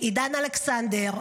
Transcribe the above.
עידן אלכסנדר,